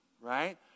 Right